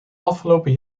afgelopen